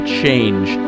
change